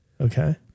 Okay